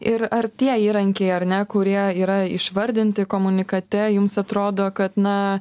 ir ar tie įrankiai ar ne kurie yra išvardinti komunikate jums atrodo kad na